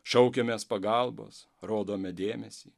šaukiamės pagalbos rodome dėmesį